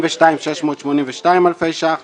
42,682 אלפי שקלים חדשים,